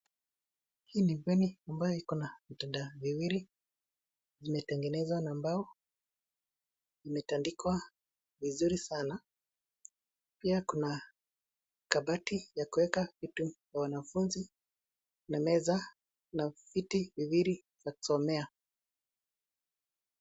Hii ni bweni ambayo iko na vitanda viwili. Vimetengenezwa na mbao. Vimetandikwa vizuri sana. Pia kuna kabati la kueka vitu vya wanafunzi na meza na viti viwili vya kusomea.